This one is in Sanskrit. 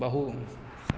बहु